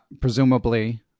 presumably